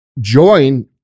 join